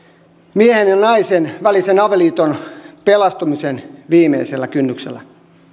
miehen ja naisen välisen avioliiton pelastumisen viimeisellä kynnyksellä